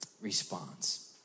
response